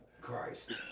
Christ